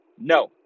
no